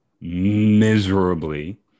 miserably